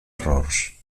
errors